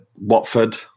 Watford